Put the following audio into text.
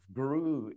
grew